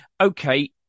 okay